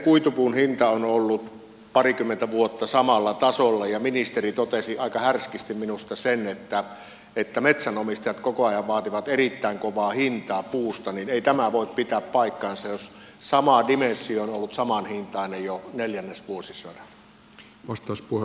kuitupuun hinta on ollut parikymmentä vuotta samalla tasolla ja kun ministeri totesi aika härskisti minusta sen että metsänomistajat koko ajan vaativat erittäin kovaa hintaa puusta niin ei tämä voi pitää paikkaansa jos sama dimensio on ollut samanhintainen jo neljännesvuosisadan